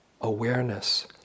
awareness